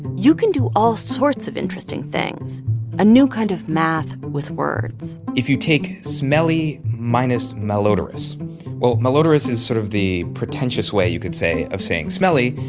you can do all sorts of interesting things a new kind of math with words if you take smelly minus malodorous well, malodorous is sort of the pretentious way, you could say, of saying smelly.